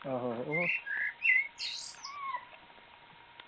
आहो आहो ओह्